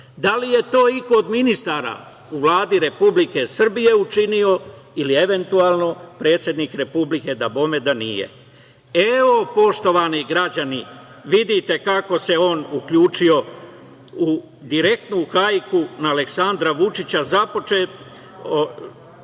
Da li je to iko od ministara u Vladi Republike Srbije učinio ili eventualno predsednik Republike? Dabome da nije. Evo, poštovani građani, vidite kako se on uključio u direktnu hajku na Aleksandra Vučića započetu